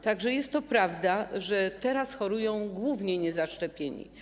Tak że jest to prawda, że teraz chorują głównie niezaszczepieni.